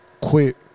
Quit